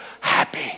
happy